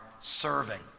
serving